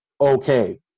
okay